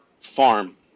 farm